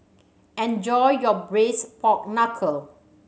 enjoy your Braised Pork Knuckle